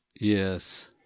Yes